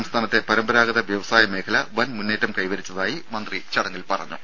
സംസ്ഥാനത്തെ പരമ്പരാഗത വ്യവസായ മേഖല വൻ മുന്നേറ്റം കൈവരിച്ചതായി മന്ത്രി ചടങ്ങിൽ പറഞ്ഞു